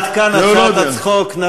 עד כאן הצעת הצחוק.